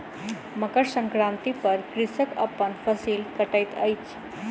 मकर संक्रांति पर कृषक अपन फसिल कटैत अछि